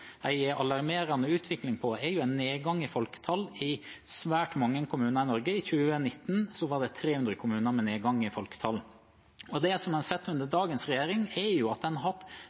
alarmerende utvikling innenfor, er en nedgang i folketallet i svært mange kommuner i Norge. I 2019 var det 300 kommuner med nedgang i folketallet. Det en har sett under dagens regjering, er at en har hatt